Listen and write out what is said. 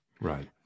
Right